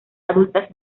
adultas